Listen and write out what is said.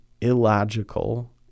illogical